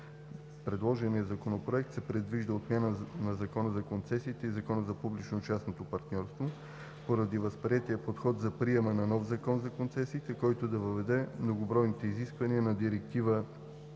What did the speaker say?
предложения Законопроект се предвижда отмяната на Закона за концесиите и Закона за публично-частното партньорство поради възприетия подход за приемане на нов Закон за концесиите, който да въведе многобройните изисквания на Директива